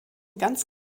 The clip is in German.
ganz